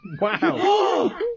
Wow